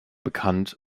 bekannt